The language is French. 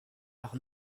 part